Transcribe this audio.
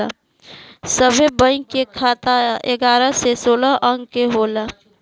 सभे बैंक के खाता एगारह से सोलह अंक के होला